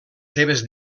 seves